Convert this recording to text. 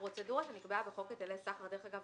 הפרוצדורה שנקבעה בחוק היטלי סחר דרך אגב,